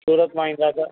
सूरत मां ईंदा त